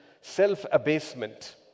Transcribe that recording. Self-abasement